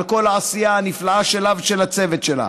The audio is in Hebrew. על כל העשייה הנפלאה שלה ושל הצוות שלה.